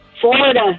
Florida